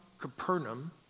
Capernaum